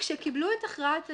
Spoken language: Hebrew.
כשקיבלו את הכרעת הדין,